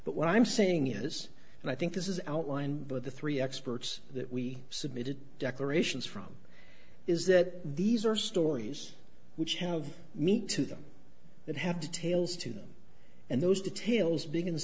but what i'm saying is and i think this is outlined with the three experts that we submitted declarations from is that these are stories which have meat to them that have to tales to them and those details big